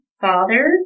father